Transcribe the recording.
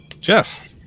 Jeff